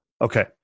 Okay